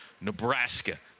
Nebraska